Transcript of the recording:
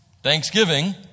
Thanksgiving